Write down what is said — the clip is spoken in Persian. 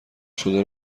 شده